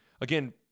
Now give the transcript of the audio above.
again